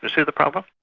you see the problem?